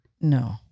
No